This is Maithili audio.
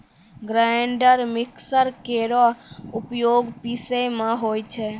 ग्राइंडर मिक्सर केरो उपयोग पिसै म होय छै